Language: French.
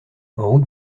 route